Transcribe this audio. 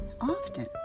often